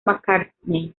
mccartney